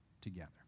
together